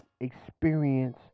experience